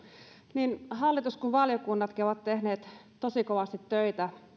niin hallitus kuin valiokunnatkin ovat tehneet tosi kovasti töitä